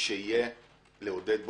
היא שיהיה לעודד,